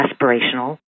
aspirational